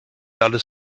alles